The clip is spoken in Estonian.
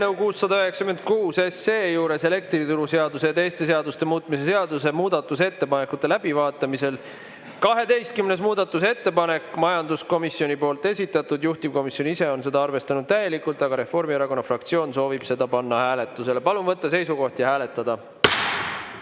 eelnõu 696 – elektrituruseaduse ja teiste seaduste muutmise seaduse [eelnõu] – muudatusettepanekute läbivaatamisel. 12. muudatusettepanek, majanduskomisjoni esitatud, juhtivkomisjon on seda arvestanud täielikult, aga Reformierakonna fraktsioon soovib selle panna hääletusele. Palun võtta seisukoht ja hääletada!